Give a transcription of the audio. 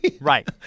Right